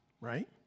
right